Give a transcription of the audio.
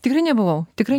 tikrai nebuvau tikrai